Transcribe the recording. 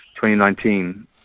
2019